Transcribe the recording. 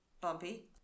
Bumpy